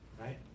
right